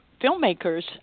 filmmakers